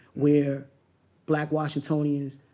where black washingtonians